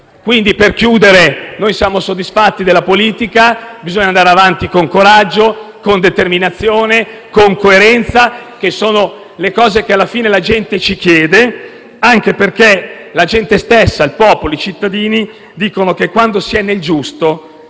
Quindi, per concludere, siamo soddisfatti della politica, bisogna andare avanti con coraggio, con determinazione e coerenza, che sono le cose che alla fine ci chiede la gente, anche perché la gente stessa, il popolo, i cittadini dicono che quando si è nel giusto